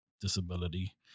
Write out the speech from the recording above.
disability